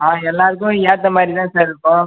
ஆ எல்லாருக்கும் ஏற்ற மாதிரி தான் சார் இருக்கும்